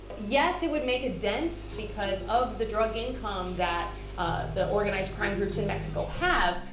yes, it would make a dent, because, of the drug income that the organized-crime groups in mexico have,